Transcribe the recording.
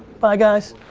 bye guys.